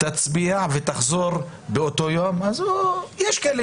יצביע ויחזור באותו יום יש כאלה